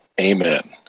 Amen